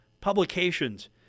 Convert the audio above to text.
publications